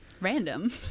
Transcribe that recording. Random